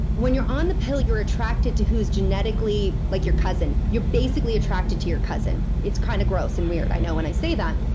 when you're on the pill, you're attracted to who's genetically like, your cousin. you're basically attracted to your cousin. it's kinda kind of gross and weird, i know, when i say that,